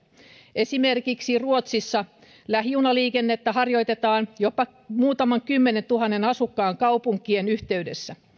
esimerkiksi ruotsissa lähijunaliikennettä harjoitetaan jopa muutaman kymmenentuhannen asukkaan kaupunkien yhteydessä